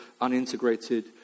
unintegrated